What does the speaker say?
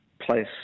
place